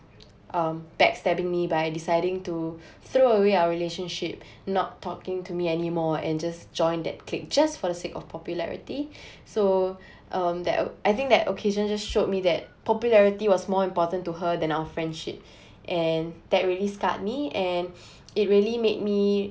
um backstabbing me by deciding to throw away our relationship not talking to me anymore and just joined that clique just for the sake of popularity so um that uh I think that occasion just showed me that popularity was more important to her than our friendship and that really scarred me and it really made me